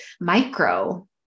micro